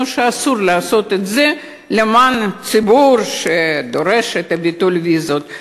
שאסור לעשות את זה למען הציבור שדורש את ביטול הוויזות.